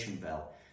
Bell